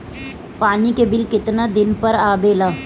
पानी के बिल केतना दिन पर आबे ला?